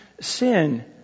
sin